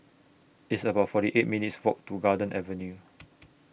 It's about forty eight minutes' Walk to Garden Avenue